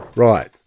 Right